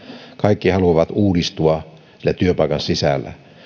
kaikki haluavat uudistua siellä työpaikan sisällä